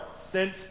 sent